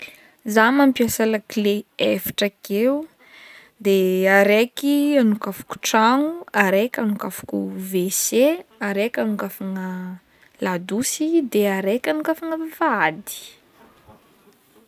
Zaho mampiasa lakile efatra akeo de araiky agnokafako trano, araiky agnokafako wc, araiky agnokafana ladosy, de araiky akokafagna vavahady.